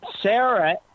Sarah